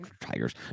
tigers